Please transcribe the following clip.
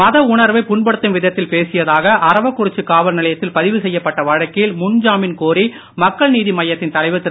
மத உணர்வை புண்படுத்தும் விதத்தில் பேசியதாக அறவக்குறிச்சி காவல்நிலையத்தில் பதிவு செய்யப்பட்ட வழக்கில் முன்ஜாமின் கோரி மய்யத்தின் தலைவர் திரு